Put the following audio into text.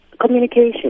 Communication